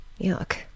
yuck